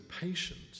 patient